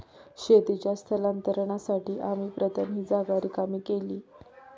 शेतीच्या स्थलांतरासाठी आम्ही प्रथम ही जागा रिकामी केली